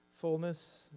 fullness